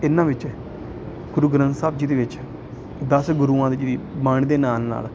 ਇਹਨਾਂ ਵਿੱਚ ਗੁਰੂ ਗ੍ਰੰਥ ਸਾਹਿਬ ਜੀ ਦੇ ਵਿੱਚ ਦਸ ਗੁਰੂਆਂ ਦੀ ਜਿਹੜੀ ਬਾਣੀ ਦੇ ਨਾਲ ਨਾਲ